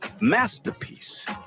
Masterpiece